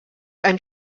ein